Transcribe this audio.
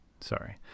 sorry